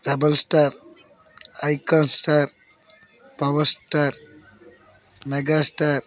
rebel star icon star power star megastar